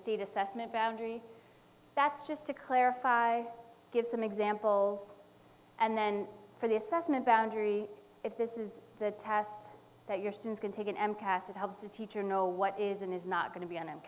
state assessment boundary that's just to clarify give some examples and then for the assessment boundary if this is the test that your students can take in and cast it helps a teacher know what is and is not going to be